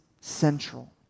central